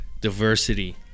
diversity